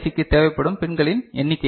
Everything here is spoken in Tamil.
க்கு தேவைப்படும் பின்களின் எண்ணிக்கையை